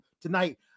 tonight